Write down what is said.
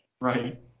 Right